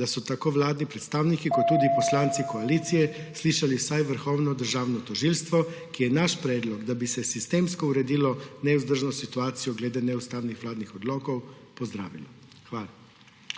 da so tako vladni predstavniki kot tudi poslanci koalicije slišali vsaj Vrhovno državno tožilstvo, ki je naš predlog, da bi se sistemsko uredilo nevzdržno situacijo glede neustavnih vladnih odlokov, pozdravilo. Hvala.